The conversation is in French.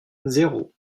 zéro